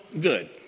good